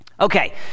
Okay